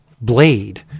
blade